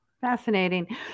Fascinating